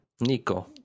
Nico